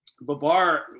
Babar